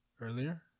earlier